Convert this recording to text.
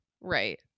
Right